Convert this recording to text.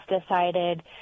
decided